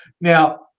now